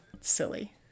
silly